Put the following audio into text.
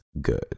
good